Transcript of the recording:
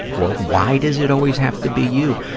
or why does it always have to be you?